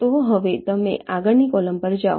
તો હવે તમે આગળની કૉલમ પર જાઓ